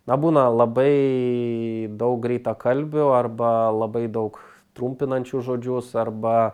na būna labai daug greitakalbių arba labai daug trumpinančių žodžius arba